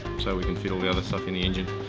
so we can fit all the other stuff in the engine.